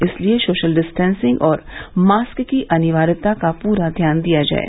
इसलिए social distancing और mask की अनिवार्यता पर पूरा ध्यान दिया जाये